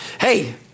hey